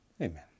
Amen